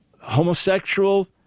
homosexual